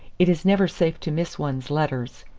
it is never safe to miss one's letters.